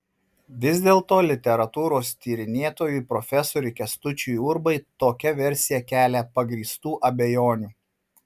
vis dėlto literatūros tyrinėtojui profesoriui kęstučiui urbai tokia versija kelia pagrįstų abejonių